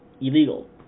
illegal